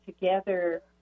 together